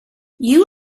you